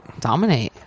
dominate